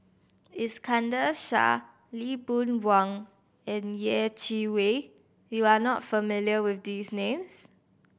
Iskandar Shah Lee Boon Wang and Yeh Chi Wei you are not familiar with these names